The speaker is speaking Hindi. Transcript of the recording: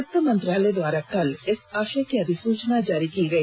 वित्त मंत्रालय द्वारा कल इस आशय की अधिसुचना जारी की गई